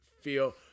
feel